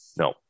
No